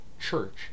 church